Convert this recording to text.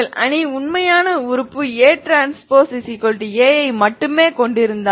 உங்கள் அணி உண்மையான உறுப்பு AT A ஐ மட்டுமே கொண்டிருந்தால்